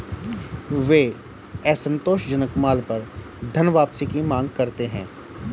वे असंतोषजनक माल पर धनवापसी की मांग करते हैं